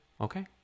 okay